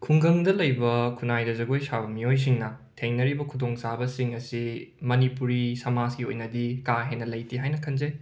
ꯈꯨꯡꯒꯪꯗ ꯂꯩꯕ ꯈꯨꯟꯅꯥꯏꯗ ꯖꯒꯣꯏ ꯁꯥꯕ ꯃꯤꯑꯣꯏꯁꯤꯡꯅ ꯊꯦꯡꯅꯔꯤꯕ ꯈꯨꯗꯣꯡꯆꯥꯕꯁꯤꯡ ꯑꯁꯤ ꯃꯅꯤꯄꯨꯔꯤ ꯁꯃꯥꯖꯒꯤ ꯑꯣꯏꯅꯗꯤ ꯀꯥ ꯍꯦꯟꯅ ꯂꯩꯇꯦ ꯍꯥꯏꯅ ꯈꯟꯖꯩ